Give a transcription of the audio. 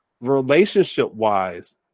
Relationship-wise